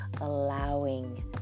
allowing